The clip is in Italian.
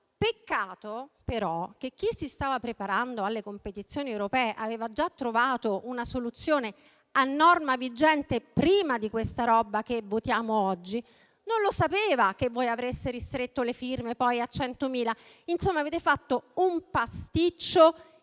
Peccato però che chi si stava preparando alle competizioni europee aveva già trovato una soluzione a norma vigente prima di questa roba che votiamo oggi. Non lo sapeva che voi avreste ristretto le firme a 100.000. Insomma, avete fatto un pasticcio inenarrabile